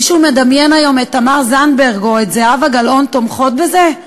מישהו מדמיין היום את תמר זנדברג או את זהבה גלאון תומכות בזה?